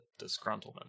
disgruntlement